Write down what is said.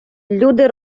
люди